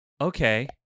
Okay